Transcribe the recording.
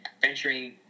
venturing